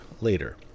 later